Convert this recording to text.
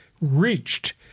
reached